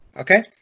okay